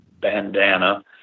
bandana